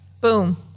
Boom